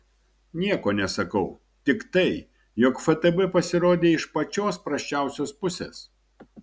nieko nesakau tik tai jog ftb pasirodė iš pačios prasčiausios pusės